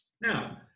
Now